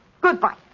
Goodbye